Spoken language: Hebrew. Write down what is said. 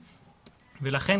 ולכן,